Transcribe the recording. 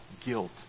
guilt